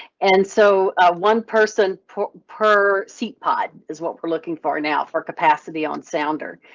and so one person per per seat pod is what we're looking for now, for capacity on sounder.